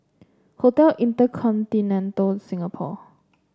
Hotel InterContinental Singapore